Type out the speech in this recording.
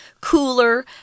cooler